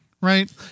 right